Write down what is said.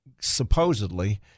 supposedly